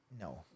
No